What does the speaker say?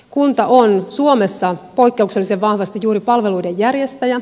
kunta on suomessa poikkeuksellisen vahvasti juuri palveluiden järjestäjä